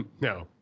No